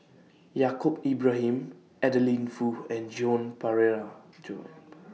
Yaacob Ibrahim Adeline Foo and Joan Pereira Joan